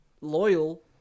loyal